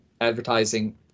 advertising